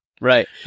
Right